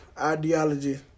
ideology